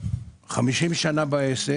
כבר 50 שנה בעסק.